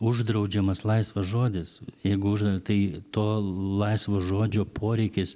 uždraudžiamas laisvas žodis jeigu už tai to laisvo žodžio poreikis